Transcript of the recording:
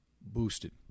boosted